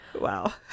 Wow